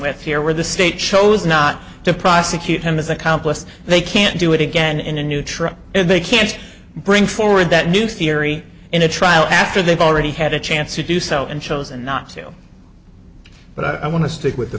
with here where the state chose not to prosecute him as accomplice they can't do it again in a new trial and they can't bring forward that new theory in a trial after they've already had a chance to do so and chosen not to but i want to stick with the